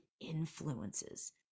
influences